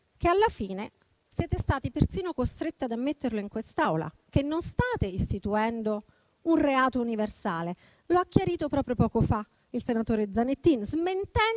che, alla fine, siete stati persino costretti ad ammettere in quest'Aula che non state istituendo un reato universale. Lo ha chiarito proprio poco fa il senatore Zanettin,